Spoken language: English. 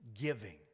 giving